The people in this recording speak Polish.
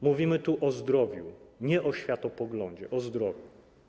Mówimy tu o zdrowiu, nie o światopoglądzie - o zdrowiu.